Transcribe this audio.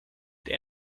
der